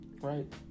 Right